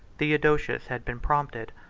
theodosius had been prompted,